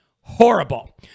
Horrible